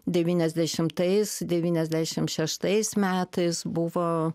devyniasdešimtais devyniasdešimt šeštais metais buvo